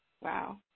Wow